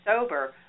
sober